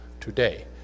today